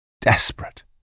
desperate